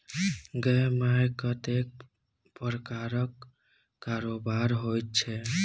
गै माय कतेक प्रकारक कारोबार होइत छै